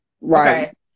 right